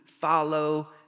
follow